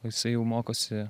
o jisai jau mokosi